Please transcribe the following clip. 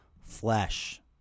flesh